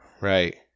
Right